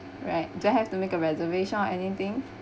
right do I have to make a reservation or anything